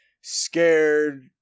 scared